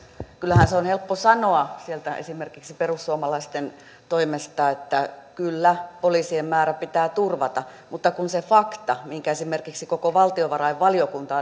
kyllähän se on helppo sanoa esimerkiksi perussuomalaisten toimesta että kyllä poliisien määrä pitää turvata mutta se fakta minkä esimerkiksi koko valtiovarainvaliokunta